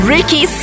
Ricky